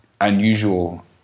unusual